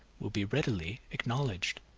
will be readily acknowledged.